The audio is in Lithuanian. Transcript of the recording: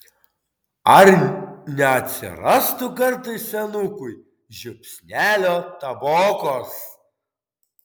ar neatsirastų kartais senukui žiupsnelio tabokos